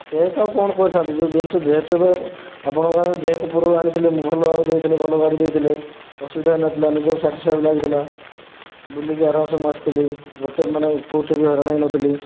check ଆଉ କଣ କରିଥାନ୍ତି ଯେଉଁ ଜିନିଷ ଯେହେତୁ ଏବେ ଆପଣ ପାଖରୁ ଯେହେତୁ ପୂର୍ବରୁ ଆଣିଥିଲି ମୁଁ ଭଲଭାବେ ଦେଇଥିଲେ ଭଲ ଗାଡ଼ି ଦେଇଥିଲେ ଅସୁବିଧା ହୋଇନଥିଲା ନିଜକୁ ସାଟିସଫାଏ ବି ଲାଗିଥିଲା ବୁଲିକି ଆରାମ ସେ ମୁଁ ଆସିଥିଲି ଗୋଟିଏ ମାନେ କେଉଁଠି ବି ହଇରାଣ ହୋଇନଥିଲି